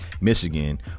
Michigan